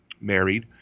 married